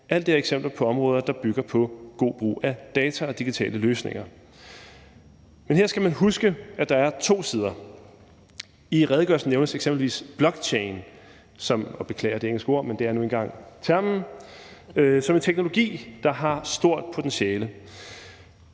Alt det er eksempler på områder, der bygger på god brug af data og digitale løsninger. Men her skal man huske, at der er to sider. I redegørelsen nævnes eksempelvis blockchain – beklager det engelske